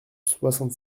soixante